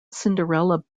cinderella